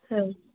হ্যাঁ